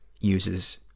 uses